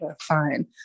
fine